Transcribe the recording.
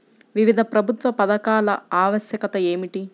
వివిధ ప్రభుత్వా పథకాల ఆవశ్యకత ఏమిటి?